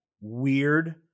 weird